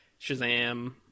Shazam